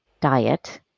diet